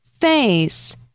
face